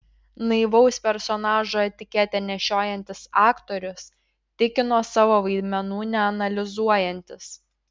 naivaus personažo etiketę nešiojantis aktorius tikino savo vaidmenų neanalizuojantis